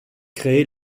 créée